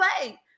play